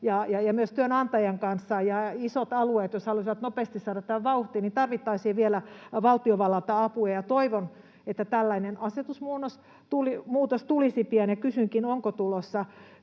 myös työnantajan kanssa, ja jos isot alueet haluaisivat nopeasti saada tämän vauhtiin, tarvittaisiin vielä valtiovallalta apua. Toivon, että tällainen asetusmuutos tulisi pian, ja kysynkin, onko tulossa.